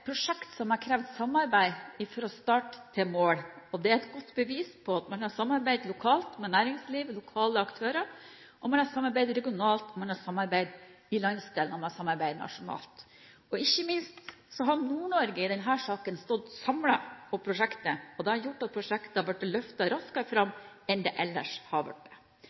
prosjekt som har krevd samarbeid fra start til mål. Det er et godt bevis på at man har samarbeidet lokalt, med næringsliv og lokale aktører, man har samarbeidet regionalt, man har samarbeidet i landsdelen og man har samarbeidet nasjonalt. Ikke minst har Nord-Norge i denne saken stått samlet om dette prosjektet, og det har gjort at prosjektet har blitt løftet fram raskere enn det ellers hadde blitt. Med dette prosjektet binder vi Ofoten-regionen, Nord-Norge og landet sammen. Narvikregionen blir et